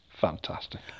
fantastic